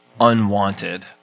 unwanted